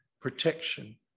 protection